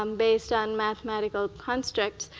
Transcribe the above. um based on mathematical constructs.